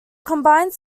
combines